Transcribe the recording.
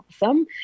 awesome